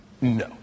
No